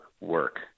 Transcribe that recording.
work